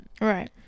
Right